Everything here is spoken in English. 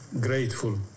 grateful